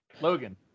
Logan